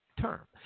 term